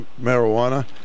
marijuana